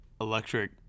electric